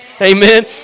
Amen